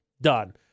Done